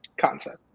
concept